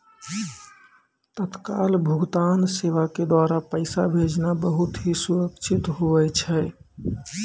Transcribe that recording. तत्काल भुगतान सेवा के द्वारा पैसा भेजना बहुत ही सुरक्षित हुवै छै